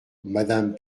madame